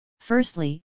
Firstly